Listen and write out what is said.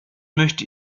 möchte